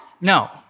No